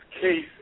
case